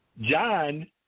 John